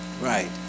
right